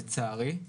לצערי,